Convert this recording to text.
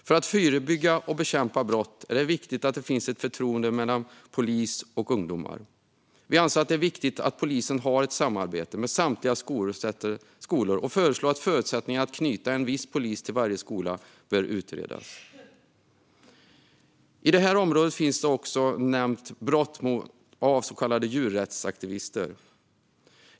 För att förebygga och bekämpa brott är det viktigt att det finns ett förtroende mellan polis och ungdomar. Vi anser att det är viktigt att polisen har ett samarbete med samtliga skolor och föreslår att förutsättningarna att knyta en viss polis till varje skola bör utredas. I det här området finns också nämnt brott begångna av så kallade djurrättsaktivister.